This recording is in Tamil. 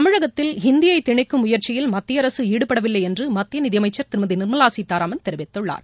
தமிழகத்தில் ஹிந்தியை திணிக்கும் முயற்சியில் மத்தியஅரசு ஈடுபடவில்லை என்று மத்திய நிதியமைச்சர் திருமதி நிர்மலா சீத்தாராமன் தெரிவித்துள்ளார்